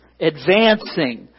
advancing